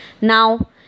Now